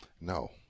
No